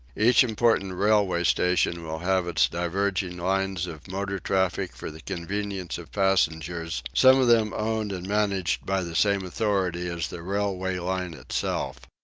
each important railway station will have its diverging lines of motor-traffic for the convenience of passengers, some of them owned and managed by the same authority as the railway line itself.